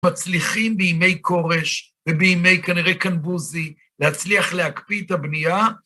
מצליחים בימי קורש, ובימי כנראה קנבוזי, להצליח להקפיא את הבנייה.